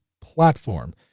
platform